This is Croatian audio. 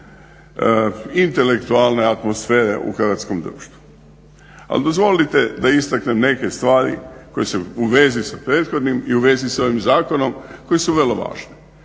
intelektualne atmosfere u hrvatskom društvu. Ali dozvolite da istaknem neke stvari koje su u vezi sa prethodnim i u vezi s ovim zakonom koje su vrlo važne.